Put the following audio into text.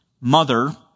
mother